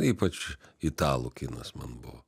ypač italų kinas man buvo